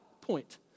point